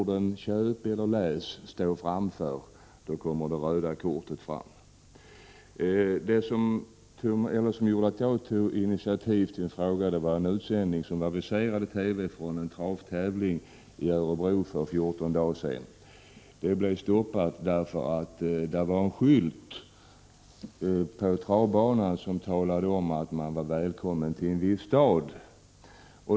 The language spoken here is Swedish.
1986/87:105 står framför namnet, då kommer det röda kortet fram. 9 april 1987 Det som gjorde att jag tog initiativ till en fråga var en aviserad TV-utsändning från en travtävling i Örebro för 14 dagar sedan. Sändningen blev stoppad på grund av att det fanns en skylt vid travbanan med en text som talade om att man var välkommen till en viss stad.